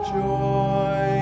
joy